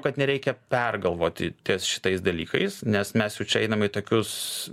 kad nereikia pergalvoti ties šitais dalykais nes mes jau čia einam į tokius